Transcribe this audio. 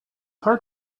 hard